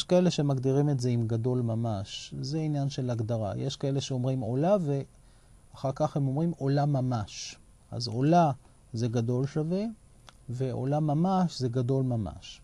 יש כאלה שמגדירים את זה עם גדול ממש, זה עניין של הגדרה. יש כאלה שאומרים עולה, ואחר כך הם אומרים עולה ממש. אז עולה זה גדול שווה, ועולה ממש זה גדול ממש.